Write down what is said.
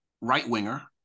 right-winger